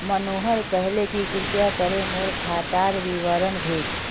मनोहर कहले कि कृपया करे मोर खातार विवरण भेज